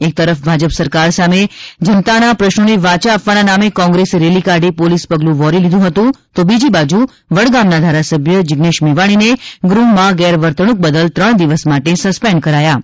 એક તરફ ભાજપ સરકાર સામે જનતાના પ્રશ્નોને વાયા આપવાના નામે કોંગ્રેસ રેલી કાઢી પોલિસ પગલું વહોરી લીધું હતું તો બીજી બાજુ વડગામ ના ધારાસભ્ય જિઝ્નેશ મેવાણીને ગૃહ માં ગેરવર્તણૂક બદલ ત્રણ દિવસ માટે સસ્પેંડ કરાયા છે